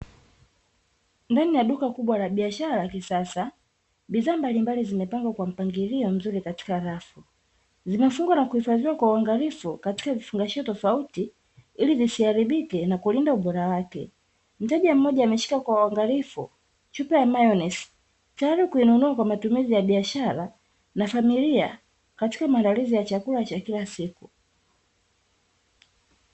Mbele ya duka kubwa la biashara la kisasa bidhaa mbalimbali zimepangwa kwenye mpangilio katika rafu, zimefungwa na kuhifadhiwa kwa uangalifu katika vifunashio tofauti ilivisiharibike na kulinda ubora wake, mteja mmoja ameshika kwa uangalifu chupa ya mayonnaise tayari kuinunua kwa matumizi ya biashara na familia katika maandalizi ya chakula cha kila siku.